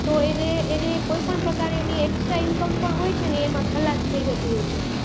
તો એ જે એ જે કોઈપણ પ્રકારે એની એકસ્ટ્રા ઈનકમ પણ હોય છે ને એમાં ખલાસ થઈ જતી હોય છે